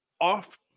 off